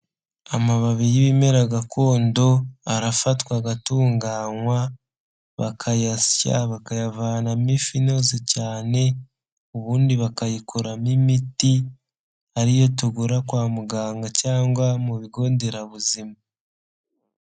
Amababi y'ibimera gakondo, arafatwa agatunganywa, bakayasya, bakayavanamo ifu inoze cyane, ubundi bakayikuramo imiti, ariyo tugura kwa muganga cyangwa mu bigo nderabuzima.